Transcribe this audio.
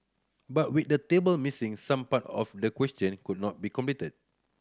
but with the table missing some part of the question could not be completed